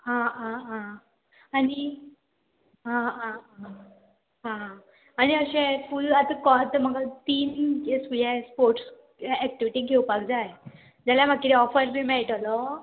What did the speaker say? आं आं आं आनी आं आं आं आनी अशें फूल आतां म्हाका तीन हें स्पोर्ट्स एक्टिविटी घेवपाक जाय जाल्यार म्हाका किदें ऑफर बी मेळटलो